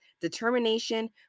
determination